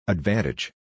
Advantage